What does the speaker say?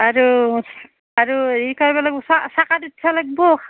আৰু আৰু হেৰি কৰিব লাগিব চা চাকাত উঠিব লাগিব